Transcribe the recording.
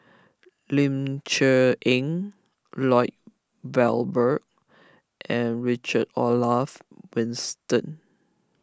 Ling Cher Eng Lloyd Valberg and Richard Olaf Winsten